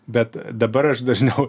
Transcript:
bet dabar aš dažniau